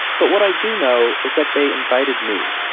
but what i do know is that they invited me,